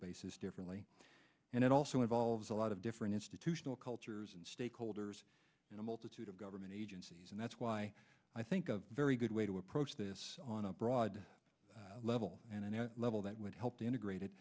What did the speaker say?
basis differently and it also involves a lot of different institutional cultures and stakeholders in a multitude of government agencies and that's why i think a very good way to approach this on a broad level and at a level that would help to integrate